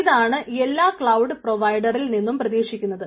ഇതാണ് എല്ലാ ക്ലൌഡ് പ്രൊവൈഡറിൽ നിന്നും പ്രതീക്ഷിക്കുന്നത്